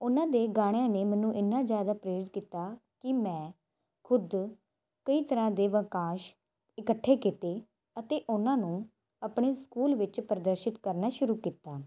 ਉਨ੍ਹਾਂ ਦੇ ਗਾਣਿਆਂ ਨੇ ਮੈਨੂੰ ਐਨਾ ਜ਼ਿਆਦਾ ਪ੍ਰੇਰਿਤ ਕੀਤਾ ਕਿ ਮੈਂ ਖੁਦ ਕਈ ਤਰ੍ਹਾਂ ਦੇ ਵਾਕਾਂਸ਼ ਇਕੱਠੇ ਕੀਤੇ ਅਤੇ ਉਨ੍ਹਾਂ ਨੂੰ ਆਪਣੇ ਸਕੂਲ ਵਿੱਚ ਪ੍ਰਦਰਸ਼ਿਤ ਕਰਨਾ ਸ਼ੁਰੂ ਕੀਤਾ